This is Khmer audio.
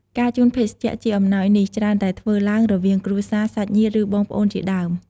ការជូនភេសជ្ជៈជាអំណោយនេះច្រើនតែធ្វើឡើងរវាងគ្រួសារ សាច់ញាតិ ឬ បងប្អូនជាដើម។